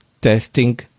testing